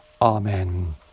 Amen